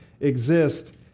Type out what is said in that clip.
exist